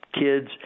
kids